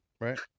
right